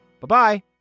Bye-bye